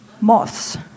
moths